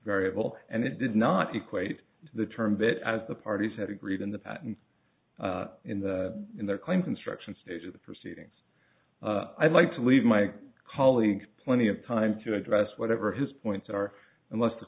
variable and it did not equate the term bit as the parties had agreed in the patent in the in the claim construction stage of the proceedings i'd like to leave my colleagues plenty of time to address whatever his points are unless the